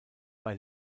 bei